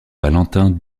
valentin